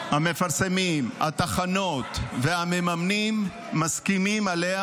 שהמפרסמים, התחנות והמממנים מסכימים עליה.